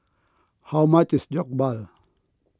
how much is Jokbal